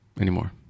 anymore